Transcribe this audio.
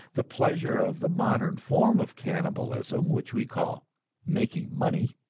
the pleasure of the modern form of cannibalism which we call making money.